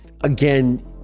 again